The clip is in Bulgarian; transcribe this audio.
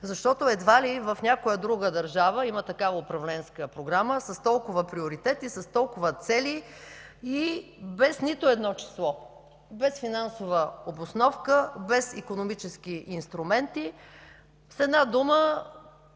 защото едва ли в някоя друга държава има такава управленска програма с толкова приоритети, с толкова цели и без нито едно число, без финансова обосновка, без икономически инструменти. С една дума